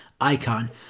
icon